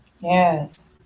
yes